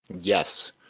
Yes